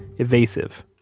evasive.